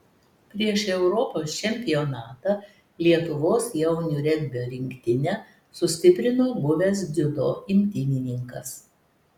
prieš europos čempionatą lietuvos jaunių regbio rinktinę sustiprino buvęs dziudo imtynininkas